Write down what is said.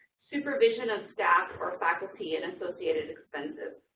supervision of staff or faculty and associated expenses.